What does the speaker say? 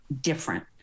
different